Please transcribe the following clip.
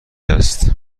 است